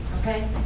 Okay